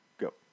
Go